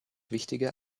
wichtiger